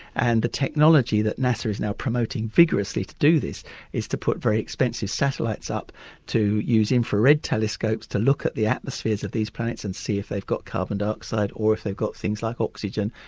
and the technology that nasa is now promoting vigorously to do this is to put very expensive satellites up to use infrared telescopes to look at the atmospheres of these planets and see if they've got carbon dioxide or if they've got things like oxygen,